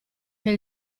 che